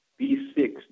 B6